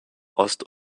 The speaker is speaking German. ost